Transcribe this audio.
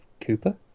Cooper